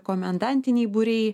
komendantiniai būriai